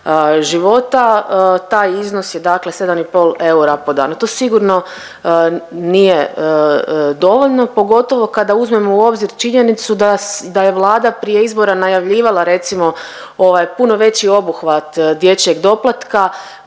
života taj iznos je dakle 7 i pol eura po danu. To sigurno nije dovoljno pogotovo kada uzmemo u obzir činjenicu da je Vlada prije izbora najavljivala recimo puno veći obuhvat dječjeg doplatka